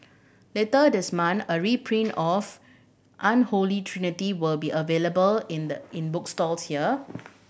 later this month a reprint of Unholy Trinity will be available in the in bookstores here